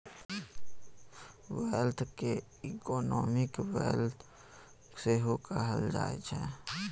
बचत केँ economic wealth सेहो कहल जाइ छै